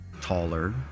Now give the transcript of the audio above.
taller